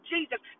Jesus